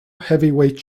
heavyweight